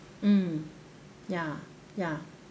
mm ya ya